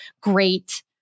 great